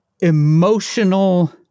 emotional